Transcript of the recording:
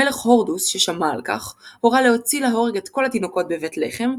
המלך הורדוס ששמע על כך הורה להוציא להורג את כל התינוקות בבית לחם,